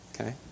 Okay